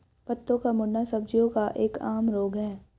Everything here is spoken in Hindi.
पत्तों का मुड़ना सब्जियों का एक आम रोग है